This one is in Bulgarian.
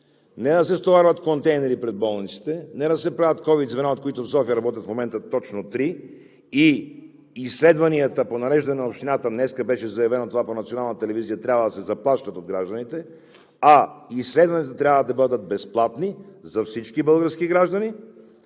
Не да се стоварват контейнери пред болниците, не да се правят ковид звена, от които в София в момента работят точно три, и изследванията по нареждане на общината – днес беше заявено това по Националната телевизия, трябва да се заплащат от гражданите, а изследванията трябва да бъдат безплатни за всички български граждани,